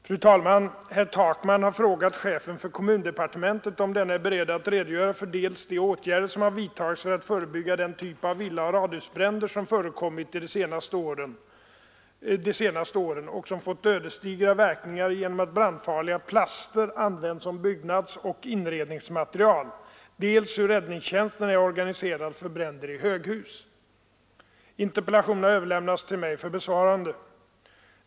Fru talman! Herr Takman har frågat chefen för kommundepartementet om denne är beredd att redogöra för dels de åtgärder som har vidtagits för att förebygga den typ av villaoch radhusbränder som förekommit de senaste åren och som fått ödesdigra verkningar genom att brandfarliga plaster används som byggnadsoch inredningsmaterial, dels hur räddningstjänsten är organiserad för bränder i höghus. Interpellationen har överlämnats till mig för besvarande.